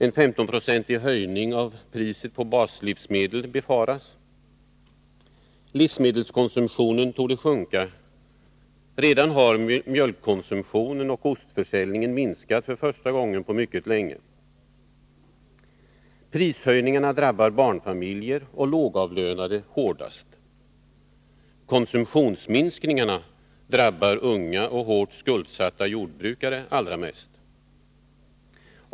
En 15-procentig höjning av priset på baslivsmedel befaras. Livsmedelskonsumtionen torde sjunka. Redan har mjölkkonsumtionen och ostförsäljningen minskat för första gången på mycket länge. Prishöjningarna drabbar barnfamiljer och lågavlönade hårdast. Konsumtionsminskningarna drabbar unga och hårt skuldsatta jordbrukare allra mest.